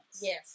Yes